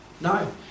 No